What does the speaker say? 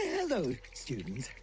hello students.